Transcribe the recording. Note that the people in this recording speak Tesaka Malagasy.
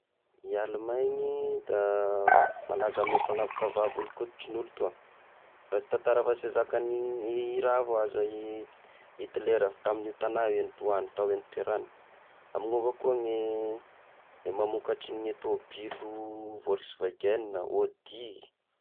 I Alemaigny da malaza amy fanavakava volo-koditrin'olo toa, raha sy hitantara afa sy zakany i raha va za i Hitler ah, tamy io tagnà io no niboahany, tao eh niterahagny. Amigny avao koa ny i mamokatry ny tôbilo volswagen, audi.